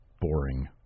boring